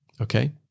Okay